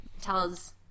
tells